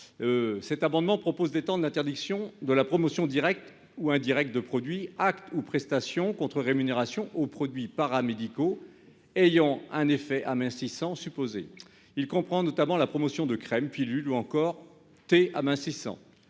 Cet amendement tend à étendre l'interdiction de la promotion directe ou indirecte de produits, actes ou prestations contre rémunération aux produits paramédicaux ayant un effet amincissant supposé. Entre notamment dans le champ de cette interdiction la promotion de crèmes, de pilules ou encore de thés amincissants.